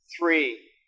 three